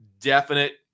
definite